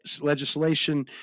legislation